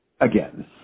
Again